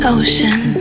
ocean